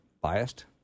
biased